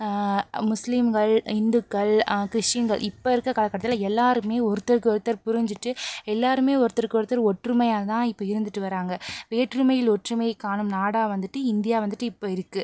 முஸ்லீம்கள் இந்துக்கள் கிறிஸ்டின்கள் இப்போருக்க காலகட்டத்தில் எல்லாருமே ஒருத்தர்க்கு ஒருத்தர் புரிஞ்சிட்டு எல்லோருமே ஒருத்தருக்கு ஒருத்தர் ஒற்றுமையாகதான் இப்போ இருந்துகிட்டு வராங்க வேற்றுமையில் ஒற்றுமை காணும் நாடாக வந்துட்டு இந்தியா வந்துட்டு இப்போ இருக்குது